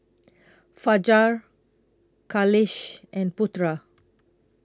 Fajar Khalish and Putra